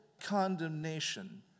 condemnation